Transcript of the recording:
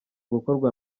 gukorwa